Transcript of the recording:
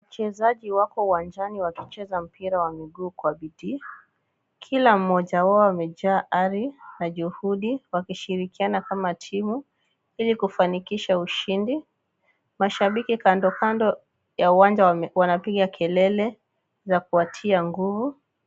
Wachezaji wako uwanjani wakicheza mpira wa miguu kwa bidii. Kila mmoja wao amejaa ari na juhudi wakiashirikiana kama timu ili kufanikisha ushindi. Mashabiki kandokando ya uwanja wanapiga kelele za kuwatia nguvu.